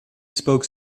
spoke